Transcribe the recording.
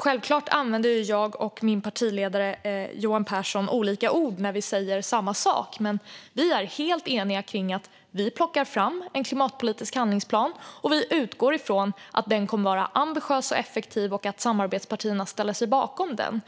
Självklart använder jag och min partiledare Johan Pehrson olika ord när vi säger samma sak, men vi är helt eniga om att plocka fram en klimatpolitisk handlingsplan och utgår från att den kommer att vara ambitiös och effektiv och att samarbetspartierna ställer sig bakom den.